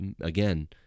again